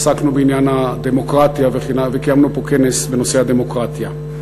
עסקנו בעניין הדמוקרטיה וקיימנו פה כנס בנושא הדמוקרטיה.